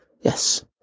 yes